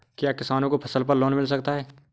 क्या किसानों को फसल पर लोन मिल सकता है?